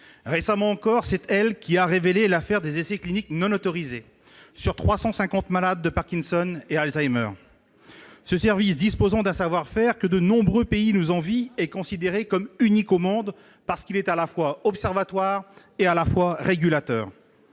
Récemment encore, c'est elle qui a révélé l'affaire des essais cliniques non autorisés sur 350 personnes souffrant des maladies de Parkinson et d'Alzheimer. Ce service, disposant d'un savoir-faire que de nombreux pays nous envient, est considéré comme unique au monde, parce qu'il est à la fois observatoire et régulateur.